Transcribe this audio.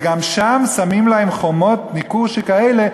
וגם שם שמים להם חומות ניכור שכאלה.